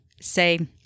say